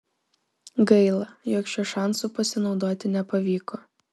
gaila jog šiuo šansu pasinaudoti nepavyko